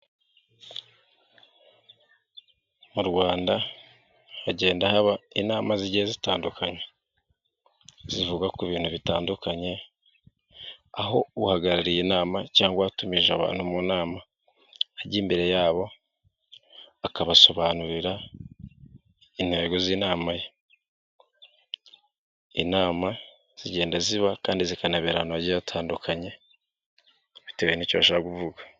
Mu Rwanda hagenda haba inama zigiye zitandukanye, zivuga ku bintu bitandukanye, aho uhagarariye inama cyangwa uwatumije abantu mu nama, ajya imbere yabo akabasobanurira intego z'inama ye, inama zigenda ziba kandi zikanabera ahantu hagiye hatandukanye bitewe n'icyo bashaka kuvuga.